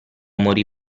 morì